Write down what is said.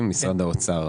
משרד האוצר.